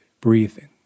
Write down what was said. breathing